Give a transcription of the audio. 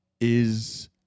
is-